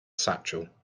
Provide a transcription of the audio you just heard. satchel